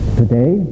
today